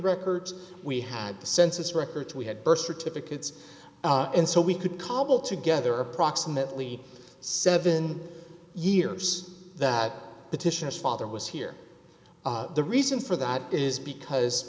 records we had the census records we had birth certificates and so we could cobble together approximately seven years that petition us father was here the reason for that is